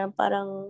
parang